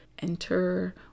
enter